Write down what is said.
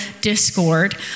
discord